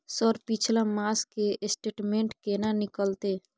Sir पिछला मास के स्टेटमेंट केना निकलते?